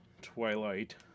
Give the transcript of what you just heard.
twilight